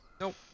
Nope